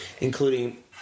including